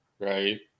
Right